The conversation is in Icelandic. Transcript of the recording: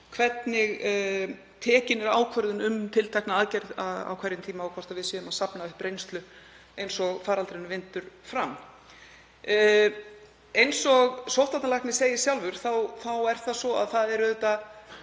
hvernig tekin er ákvörðun um tiltekna aðgerð á hverjum tíma og hvort við séum að safna upp reynslu eins og faraldrinum vindur fram. Eins og sóttvarnalæknir segir sjálfur þá eru auðvitað